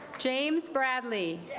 james bradley